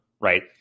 right